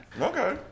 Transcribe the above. okay